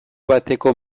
bateko